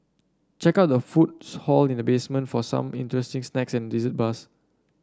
check out the food's hall in the basement for some interesting snacks and dessert bars